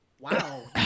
Wow